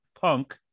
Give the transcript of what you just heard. punk